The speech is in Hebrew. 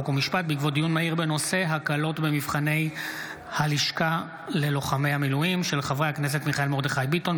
חוק ומשפט בעקבות דיון מהיר בהצעתם של חברי הכנסת מיכאל מרדכי ביטון,